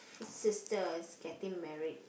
sister is getting married